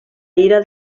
ira